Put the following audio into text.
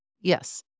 Yes